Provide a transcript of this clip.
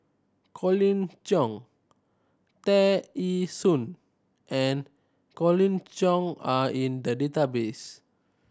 Colin Cheong Tear Ee Soon and Colin Cheong are in the database